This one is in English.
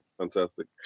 Fantastic